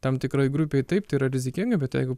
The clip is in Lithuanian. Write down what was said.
tam tikrai grupei taip tai yra rizikinga bet jeigu